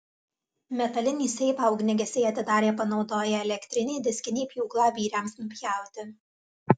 metalinį seifą ugniagesiai atidarė panaudoję elektrinį diskinį pjūklą vyriams nupjauti